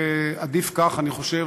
עדיף כך, אני חושב.